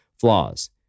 flaws